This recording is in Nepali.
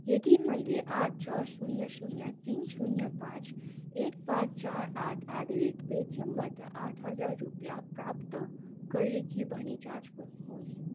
यदि मैले आठ छ शून्य शून्य तिन शून्य पाँच एक पाँच चार आठ एट द रेट पेटिएमबाट आठ हजार रुपैयाँ प्राप्त गरेँ कि भनी जाँच गर्नुहोस्